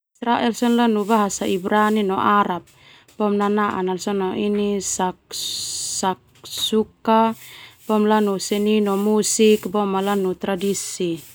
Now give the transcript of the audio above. Lanu bahasa Ibrani no Arab nanaan nala sona shaksuka lanu seni no musik boema lanu tradisi.